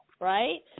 right